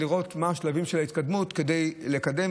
לראות מה השלבים של ההתקדמות כדי לקדם.